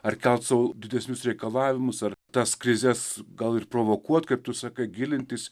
ar kelt savo didesnius reikalavimus ar tas krizes gal ir provokuot kaip tu sakai gilintis